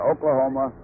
Oklahoma